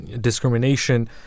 discrimination